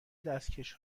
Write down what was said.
دستکش